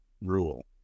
Rule